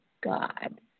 God